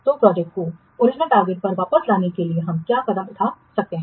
तो प्रोजेक्ट को original target पर वापस लाने के लिए हम क्या कदम उठा सकते हैं